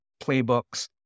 playbooks